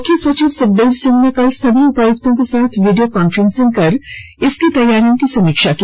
मुख्य सचिव सुखदेव सिह ने कल सभी उपायुक्तों के साथ वीडियो कान्फ्रेंसिंग कर इसकी तैयारियों की समीक्षा की